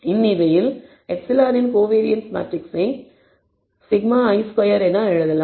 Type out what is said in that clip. இந்நிலையில் ε இன் கோவாரன்ஸ் மேட்ரிக்ஸை σ2i என எழுதலாம்